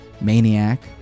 maniac